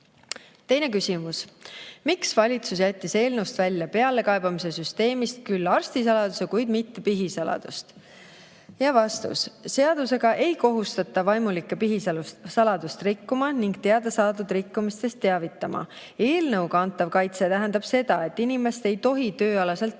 Teine küsimus: "Miks valitsus jättis eelnõust välja pealekaebamise süsteemist küll arstisaladuse, kuid mitte pihisaladust?" Vastus. Seadusega ei kohustata vaimulikke pihisaladust rikkuma ning teadasaadud rikkumistest teavitama. Eelnõuga antav kaitse tähendab seda, et inimest ei tohi tööalaselt taga